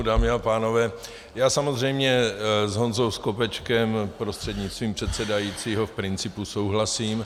Dámy a pánové, já samozřejmě s Honzou Skopečkem prostřednictvím předsedajícího v principu souhlasím.